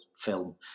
film